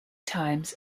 times